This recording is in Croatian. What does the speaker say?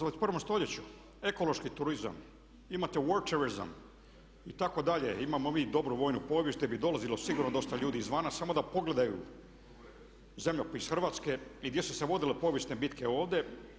21.stoljeću ekološki turizam, imate … turizam itd. imamo mi dobru vojnu povijest gdje bi dolazilo sigurno dosta ljudi izvana samo da pogledaju zemljopis Hrvatske i gdje su se vodile povijesne bitke ovdje.